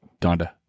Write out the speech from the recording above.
Donda